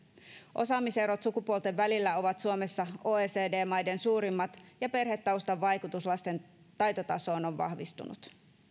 osaamiserot sukupuolten välillä ovat suomessa oecd maiden suurimmat ja perhetaustan vaikutus lasten taitotasoon on vahvistunut